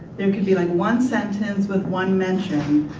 there could be like one sentence with one mention,